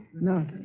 no